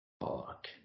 Fuck